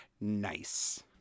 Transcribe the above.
Nice